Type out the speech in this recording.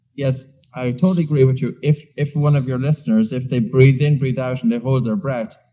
yes, i totally agree with you, if if one of your listeners if they breathe in, breathe out, and they hold their breath,